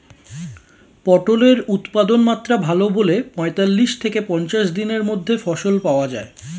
পটলের উৎপাদনমাত্রা ভালো বলে পঁয়তাল্লিশ থেকে পঞ্চাশ দিনের মধ্যে ফসল পাওয়া যায়